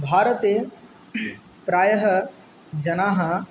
भारते प्रायः जनाः